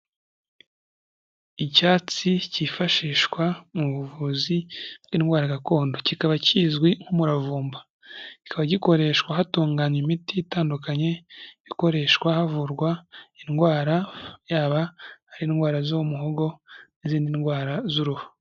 Icyatsi cyifashishwa mu buvuzi bw'indwara gakondo. Kikaba kizwi nk'umuravumba. Kikaba gikoreshwa hatunganya imiti itandukanye, ikoreshwa havurwa indwara, yaba ari indwara zo mu muhogo n'izindi ndwara z'uruhu.